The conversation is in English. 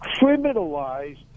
criminalized